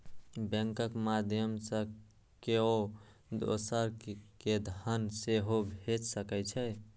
बैंकक माध्यय सं केओ दोसर कें धन सेहो भेज सकै छै